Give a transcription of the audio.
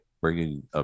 bringing